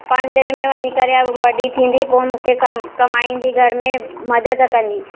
पंद्रहें में वञी करे वॾी थींदी पोइ मूंखे कम कमाईंदी घर में मदद कंदी